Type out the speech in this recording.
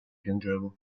piangevo